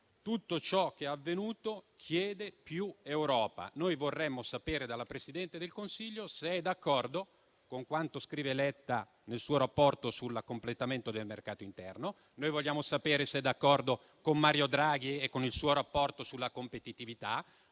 tutto ciò che è avvenuto chiede più Europa. Noi vorremmo sapere dal Presidente del Consiglio se è d'accordo con quanto scrive Letta nel suo rapporto sul completamento del mercato interno. Noi vogliamo sapere se è d'accordo con Mario Draghi e con il suo rapporto sulla competitività,